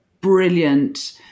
brilliant